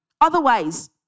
Otherwise